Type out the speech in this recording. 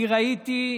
אני ראיתי,